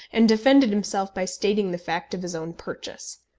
and defended himself by stating the fact of his own purchase.